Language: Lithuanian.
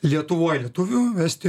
lietuvoj lietuvių estijoj